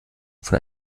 von